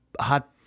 hot